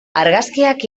argazkiak